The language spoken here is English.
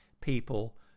people